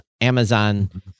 Amazon